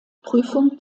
prüfung